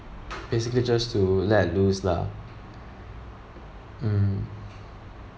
basically just to let loose lah mm